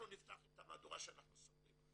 אנחנו נפתח את המהדורה שאנחנו סוגרים.